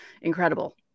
incredible